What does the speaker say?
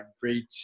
great